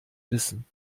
wissen